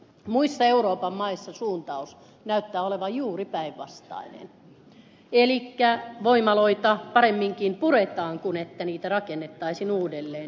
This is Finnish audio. muissa euroopan maissa suuntaus näyttää olevan juuri päinvastainen eli voimaloita paremminkin puretaan kuin että niitä rakennettaisiin lisää